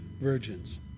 virgins